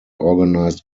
organised